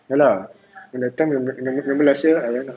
ya lah in the time remember last year I went